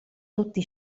tutti